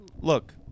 look